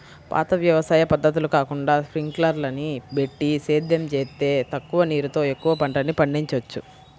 పాత వ్యవసాయ పద్ధతులు కాకుండా స్పింకర్లని బెట్టి సేద్యం జేత్తే తక్కువ నీరుతో ఎక్కువ పంటని పండిచ్చొచ్చు